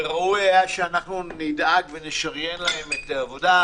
וראוי היה שנדאג ונשריין להם את העבודה.